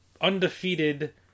undefeated